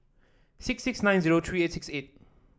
six six nine zero three eight six eight